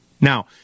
Now